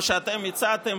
כמו שאתם הצעתם.